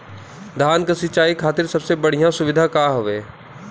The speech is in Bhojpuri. धान क सिंचाई खातिर सबसे बढ़ियां सुविधा का हवे?